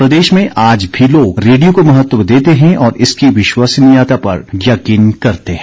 हिमाचल प्रदेश में आज भी लोग रेडियो को महत्व देते हैं और इसकी विश्वसनीयता पर यकीन करते हैं